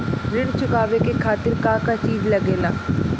ऋण चुकावे के खातिर का का चिज लागेला?